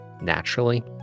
naturally